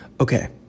Okay